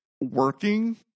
working